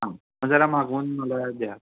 हा मग मला मागवून मला द्या